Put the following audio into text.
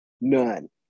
None